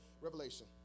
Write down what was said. Revelation